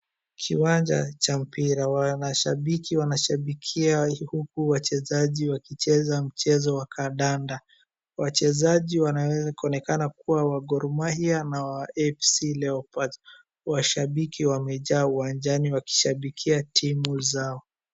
Kiwanja cha mpira. Wanashabiki wanashabikia huku wachezaji wakicheza mchezo wa kadanda. Wachezaji wanaonekana kukuwa wa Gor Mahia na wa FC Leopards. Washabiki wamejaa uwanjani wakishabikia timu zao,